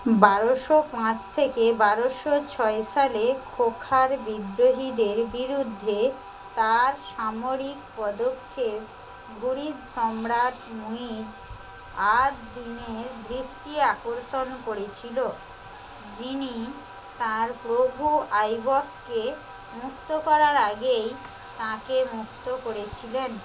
বারোশো পাঁচ থেকে বারোশো ছয় সালে খোখার বিদ্রোহীদের বিরুদ্ধে তার সামরিক পদক্ষেপ ঘুরিদ সম্রাট মুইজ আদ দ্বীনের দৃষ্টি আকর্ষণ করেছিল যিনি তার প্রভু আইবককে মুক্ত করার আগেই তাঁকে মুক্ত করেছিলেন